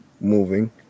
moving